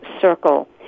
Circle